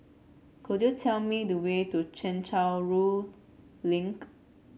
could you tell me the way to Chencharu Link